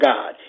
God